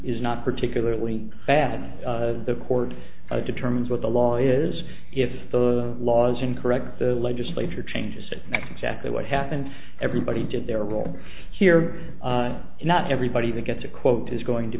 is not particularly bad the court determines what the law is if the laws are incorrect the legislature changes and that's exactly what happened everybody did their role here not everybody that gets a quote is going to